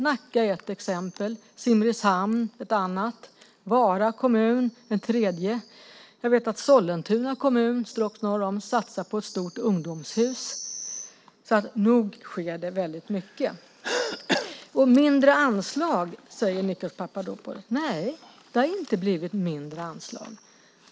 Nacka är ett exempel, Simrishamn ett annat och Vara ett tredje. Jag vet också att Sollentuna kommun satsar på ett stort ungdomshus. Nog sker det väldigt mycket. Mindre anslag, säger Nikos Papadopoulos. Nej, det har inte blivit mindre anslag.